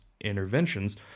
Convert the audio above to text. interventions